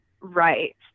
right